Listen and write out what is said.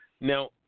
Now